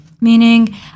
Meaning